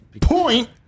point